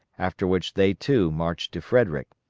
after which they too marched to frederick.